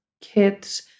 kids